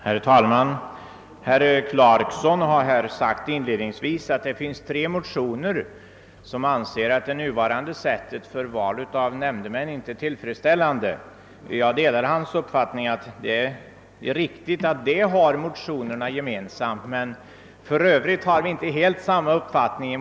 Herr talman! Herr Clarkson har sagt inledningsvis att det i tre motioner framhålles att det nuvarande sättet för val av nämndemän inte är tillfredsställande. Det är riktigt att motionerna har detta gemensamt men för Övrigt uttrycker de inte helt samma uppfattning.